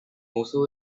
also